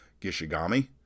Gishigami